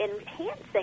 enhancing